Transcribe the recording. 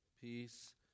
peace